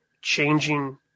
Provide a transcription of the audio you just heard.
changing